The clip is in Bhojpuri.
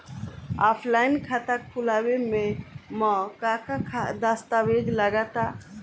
ऑफलाइन खाता खुलावे म का का दस्तावेज लगा ता?